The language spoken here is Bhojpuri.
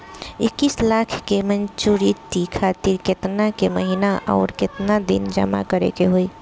इक्कीस लाख के मचुरिती खातिर केतना के महीना आउरकेतना दिन जमा करे के होई?